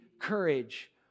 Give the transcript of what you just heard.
courage